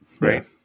Right